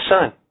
son